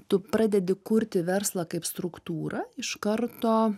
tu pradedi kurti verslą kaip struktūrą iš karto